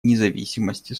независимости